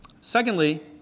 Secondly